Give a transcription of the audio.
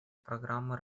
программы